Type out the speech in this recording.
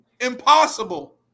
Impossible